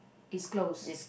it's closed